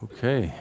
Okay